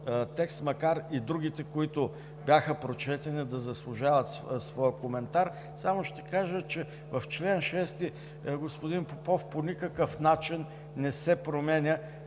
макар и другите, които бяха прочетени, да заслужават своя коментар. Само ще кажа, че в чл. 6, господин Попов, по никакъв начин не се променя